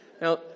Now